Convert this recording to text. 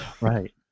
Right